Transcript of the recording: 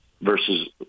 versus